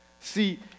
See